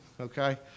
okay